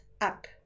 up